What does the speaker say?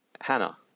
Hannah